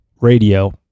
radio